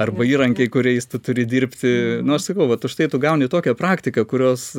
arba įrankiai kuriais tu turi dirbti nu aš sakau vat užtai tu gauni tokią praktiką kurios